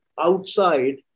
outside